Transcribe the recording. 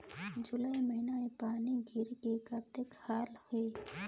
जुलाई महीना म पानी गिरे के कतना हाल हे?